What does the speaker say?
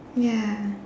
ya